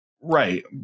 Right